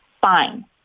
fine